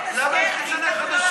למה, חדשות?